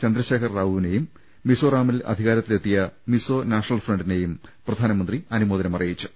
ചന്ദ്രശേ ഖരറാവുവിനെയും മിസോറാമിൽ അധികാരത്തിലെത്തിയ മിസോ നാഷ ണൽ ഫ്രണ്ടിനെയും പ്രധാനമന്ത്രി അനുമോദനം അറിയിച്ചു